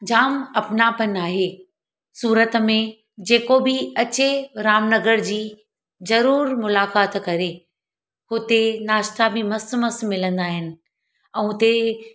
जामु अपनापन आहे सूरत में जेको बि अचे रामनगर जी ज़रूरु मुलाक़ात करे उते नास्ता बि मस्तु मस्तु मिलंदा आहिनि ऐं उते